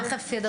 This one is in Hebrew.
הנה, תכף ידברו.